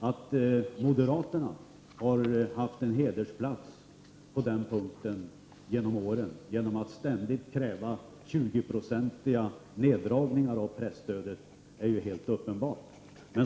Att moderaterna har haft en hedersplats på den placeringen genom åren genom att ständigt kräva 20-procentiga neddragningar av presstödet är uppenbart.